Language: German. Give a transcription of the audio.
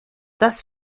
das